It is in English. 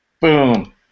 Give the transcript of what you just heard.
Boom